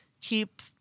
keep